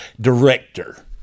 director